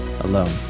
alone